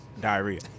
diarrhea